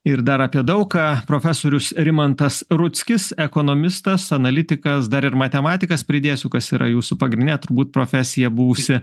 ir dar apie daug ką profesorius rimantas rudzkis ekonomistas analitikas dar ir matematikas pridėsiu kas yra jūsų pagrindinė turbūt profesija buvusi